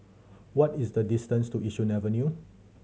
what is the distance to Yishun Avenue